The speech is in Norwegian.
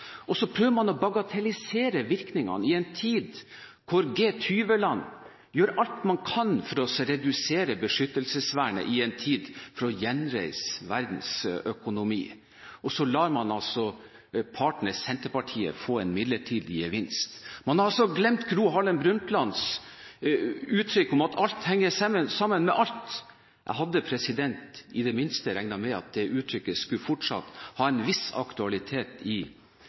prøver man å bagatellisere virkningene i en tid hvor G20-land gjør alt de kan for å redusere beskyttelsesvernet – i en tid for å gjenreise verdensøkonomien. Så lar man altså partner Senterpartiet få en midlertidig gevinst. Man har glemt Gro Harlem Brundtlands uttrykk om at alt henger sammen med alt. Jeg hadde i det minste regnet med at det uttrykket fortsatt hadde en viss aktualitet i